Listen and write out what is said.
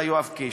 לך יואב קיש,